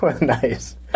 Nice